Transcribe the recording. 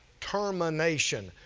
termination.